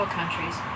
countries